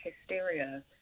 hysteria